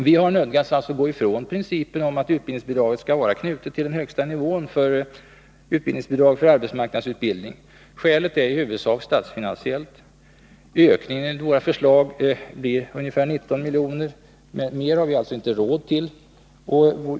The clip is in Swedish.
Vi har nödgats gå ifrån principen om att utbildningsbidraget skall vara knutet till högsta nivån för utbildningsbidrag för arbetsmarknadsutbildning. Skälet är i huvudsak statsfinansiellt. Ökningen enligt våra förslag blir ungefär 19 miljoner. Mer har vi alltså inte råd till.